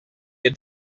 had